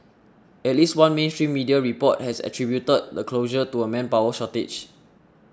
at least one mainstream media report has attributed the closure to a manpower shortage